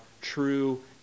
true